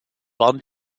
waren